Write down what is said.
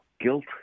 guilt